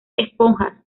esponjas